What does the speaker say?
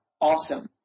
awesome